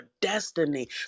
destiny